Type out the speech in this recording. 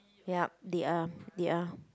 yup they are they are